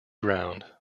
ground